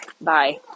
bye